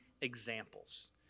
examples